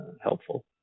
helpful